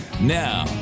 Now